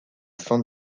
fin